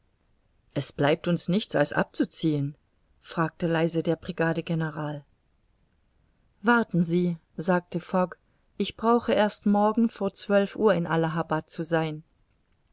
es bleibt uns nichts als abzuziehen fragte leise der brigadegeneral warten sie sagte fogg ich brauche erst morgen vor zwölf uhr in allahabad zu sein